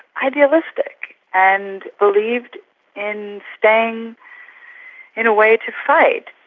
idealistic, and believed in staying in a way, to fight.